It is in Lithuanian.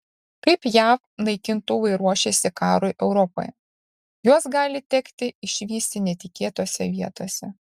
kaip jav naikintuvai ruošiasi karui europoje juos gali tekti išvysti netikėtose vietose